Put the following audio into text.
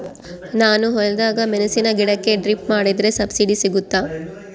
ನಾನು ಹೊಲದಾಗ ಮೆಣಸಿನ ಗಿಡಕ್ಕೆ ಡ್ರಿಪ್ ಮಾಡಿದ್ರೆ ಸಬ್ಸಿಡಿ ಸಿಗುತ್ತಾ?